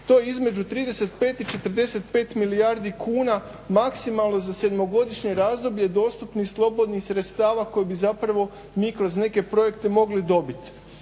To je između 35 i 45 milijardi kuna maksimalno za sedmogodišnje razdoblje dostupnih slobodnih sredstava koje bi zapravo mi kroz neke projekte mogli dobiti.